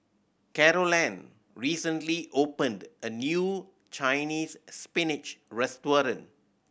Carolann recently opened a new Chinese Spinach restaurant